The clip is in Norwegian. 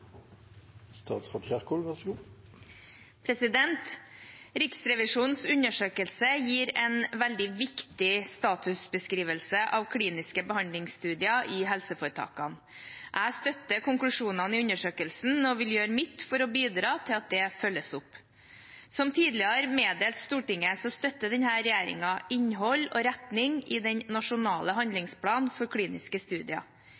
Riksrevisjonens undersøkelse gir en veldig viktig statusbeskrivelse av kliniske behandlingsstudier i helseforetakene. Jeg støtter konklusjonene i undersøkelsen og vil gjøre mitt for å bidra til at det følges opp. Som tidligere meddelt Stortinget støtter denne regjeringen innhold og retning i den nasjonale handlingsplanen for kliniske studier.